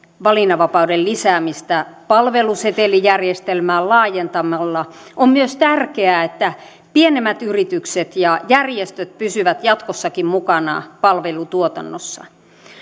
valinnanvapauden lisäämistä palvelusetelijärjestelmää laajentamalla on myös tärkeää että pienemmät yritykset ja järjestöt pysyvät jatkossakin mukana palvelutuotannossa